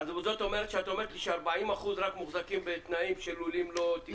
את אומרת לי ש-40 אחוזים מוחזקים בתנאים של לולים לא תקניים.